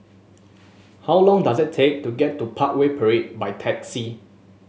how long does it take to get to Parkway Parade by taxi